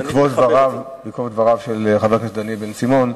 בעקבות דבריו של חבר הכנסת דניאל בן-סימון,